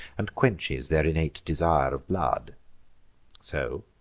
and quenches their innate desire of blood so,